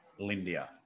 Lindia